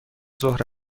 ظهر